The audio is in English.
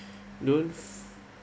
those